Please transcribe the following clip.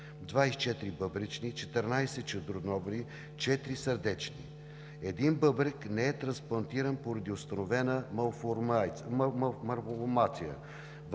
24 бъбречни, 14 чернодробни, 4 сърдечни. Един бъбрек не е трансплантиран поради установена малформация.